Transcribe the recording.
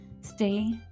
Stay